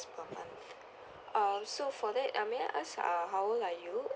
per month uh so for that uh may I ask uh how old are you